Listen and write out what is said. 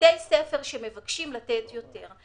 בתי ספר שמבקשים לתת יותר,